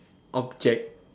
object